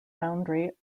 foundry